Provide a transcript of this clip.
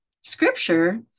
scripture